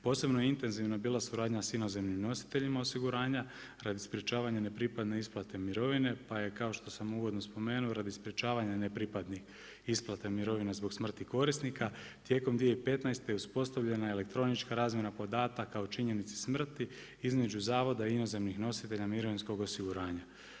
Posebno intenzivno je bila suradnja sa inozemnim nositeljima osiguranja radi sprječavanja nepripadne isplate mirovine pa je kao što sam uvodno spomenuo radi sprječavanja nepripadnih isplata mirovina zbog smrti korisnika tijekom 2015. uspostavljena je elektronička razmjena podataka o činjenici smrti između zavoda i inozemnih nositelja mirovinskog osiguranja.